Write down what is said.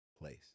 place